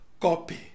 copy